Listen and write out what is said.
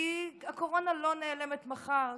כי הקורונה לא נעלמת מחר.